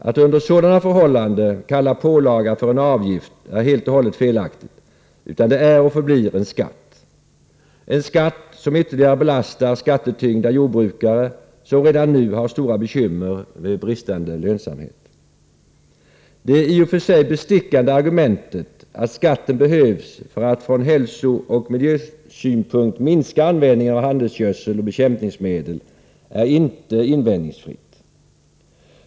Att under sådana förhållanden kalla pålagan för en avgift är helt och hållet felaktigt, utan den är och förbli en skatt — en skatt som ytterligare belastar skattetyngda jordbrukare vilka redan nu har stora bekymmer med bristande lönsamhet. Det i och för sig bestickande argumentet att skatten behövs för att från hälsooch miljösynpunkt minska användningen av handelsgödsel och bekämpningsmedel är inte invändningsfritt.